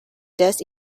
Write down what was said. does